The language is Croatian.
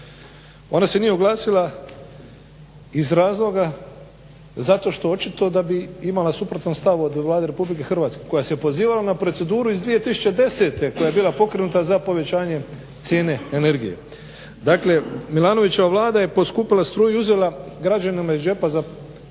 Ona se nije oglasila iz razloga zato što očito da bi imala suprotan stav od Vlade Republike Hrvatske koja se pozivala na proceduru iz 2010. koja je bila pokrenuta za povećanje cijene energije. Dakle Milanovićeva Vlada je poskupila struju i uzela građanima iz džepa za prošlu